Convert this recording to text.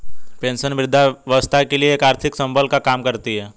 pension वृद्धावस्था के लिए एक आर्थिक संबल का काम करती है